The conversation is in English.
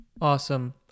Awesome